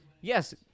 Yes